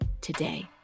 today